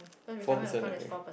four percent I think